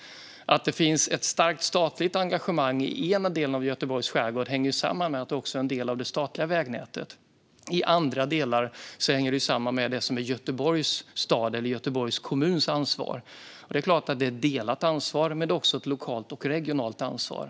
Att det finns ett starkt statligt engagemang i ena delen av Göteborgs skärgård hänger samman med att det är en del av det statliga vägnätet. I andra delar hänger det samman med det som är Göteborgs stads eller Göteborgs kommuns ansvar. Det är klart att det är ett delat ansvar, men det är också ett lokalt och regionalt ansvar.